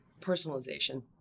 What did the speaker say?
personalization